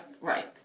right